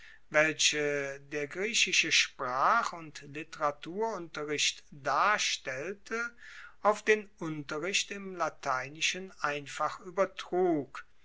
welche der griechische sprach und literaturunterricht darstellte auf den unterricht im lateinischen einfach